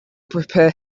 prepare